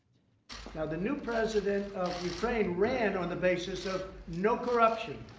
ah the new president of ukraine ran on the basis of no corruption.